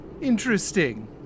Interesting